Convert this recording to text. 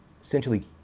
essentially